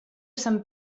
sant